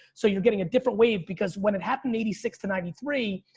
so you're getting a different wave because when it happened eighty six to ninety three,